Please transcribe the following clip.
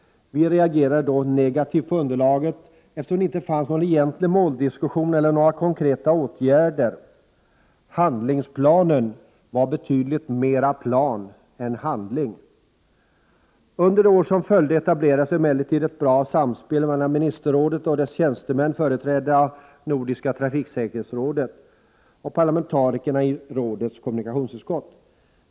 Vi reagerade då negativt på underlaget, eftersom det inte fanns någon egentlig måldiskussion eller några konkreta åtgärder. Handlingsplanen var betydligt mera plan än handling. Under det år som följde etablerades emellertid ett bra samspel mellan ministerrådet och dess tjänstemän, företrädda av Nordiska trafiksäkerhetsrådet, och parlamentarikerna i rådets kommunikationsutskott.